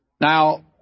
Now